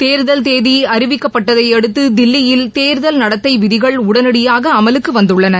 தேர்தல் தேதி அறிவிக்கப்பட்டதை அடுத்து தில்லியில் தேர்தல் நடத்தை விதிகள் உடனடியாக அமலுக்கு வந்துள்ளன